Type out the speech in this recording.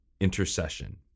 intercession